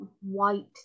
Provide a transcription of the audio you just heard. white